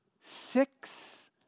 Six